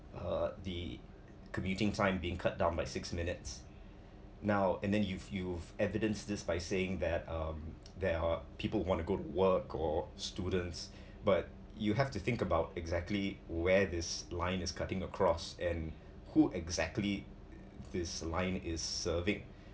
uh the commuting time being cut down by six minutes now and then you've you've evidenced this by saying that um there are people who want to go to work or students but you have to think about exactly where this line is cutting across and who exactly this line is serving